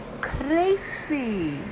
Crazy